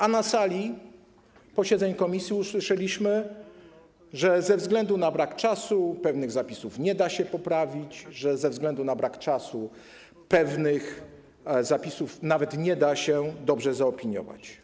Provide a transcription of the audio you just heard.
A na sali posiedzeń komisji usłyszeliśmy, że ze względu na brak czasu pewnych zapisów nie da się poprawić, ze względu na brak czasu pewnych zapisów nawet nie da się dobrze zaopiniować.